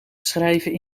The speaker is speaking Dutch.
schrijven